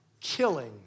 killing